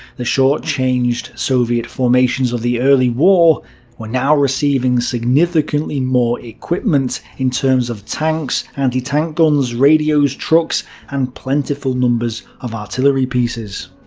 the shortchanged soviet formations of the early war were now receiving significantly more equipment, in terms of tanks, anti-tank guns, radios, trucks and plentiful numbers of artillery pieces.